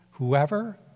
Whoever